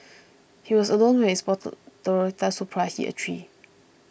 he was alone when his sporty Toyota Supra hit a tree